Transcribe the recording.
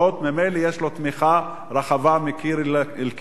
ממילא יש לו תמיכה רחבה מקיר אל קיר.